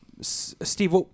Steve